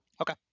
okay